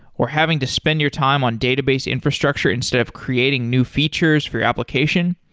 or having to spend your time on database infrastructure instead of creating new features for your application?